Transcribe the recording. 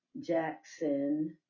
jackson